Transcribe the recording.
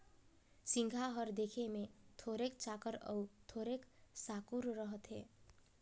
सिगहा हर देखे मे थोरोक चाकर अउ थोरोक साकुर रहथे